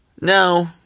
No